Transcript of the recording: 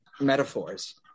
metaphors